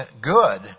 good